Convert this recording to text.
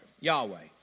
Yahweh